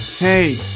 Hey